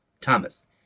Thomas